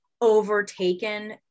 overtaken